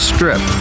Strip